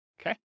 Okay